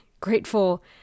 grateful